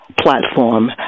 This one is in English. platform